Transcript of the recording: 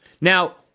now